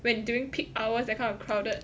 when during peak hours that kind of crowded